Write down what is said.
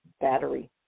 battery